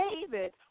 David